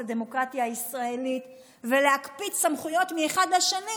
הדמוקרטיה הישראלית ולהקפיץ סמכויות מאחד לשני